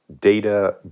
data